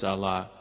Allah